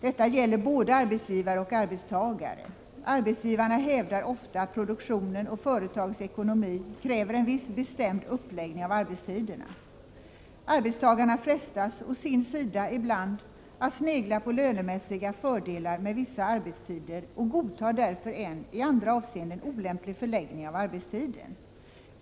Detta 7 gäller både arbetsgivare och arbetstagare. Arbetsgivarna hävdar ofta att produktionen och företagets ekonomi kräver en viss bestämd uppläggning av arbetstiderna. Arbetstagarna frestas å sin sida ibland att snegla på lönemässiga fördelar med vissa arbetstider och godtar därför en i andra avseenden olämplig förläggning av arbetstiden.